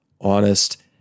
honest